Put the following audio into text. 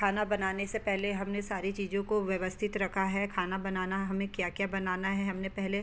खाना बनाने से पहले हमने सारी चीज़ों को व्यवस्थित रखा है खाना बनाना हमें क्या क्या बनाना है हमने पहले